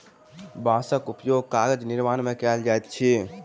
बांसक उपयोग कागज निर्माण में कयल जाइत अछि